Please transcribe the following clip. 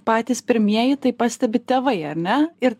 patys pirmieji tai pastebi tėvai ar ne